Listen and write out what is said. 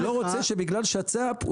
אני לא רוצה שבגלל שצ"פ,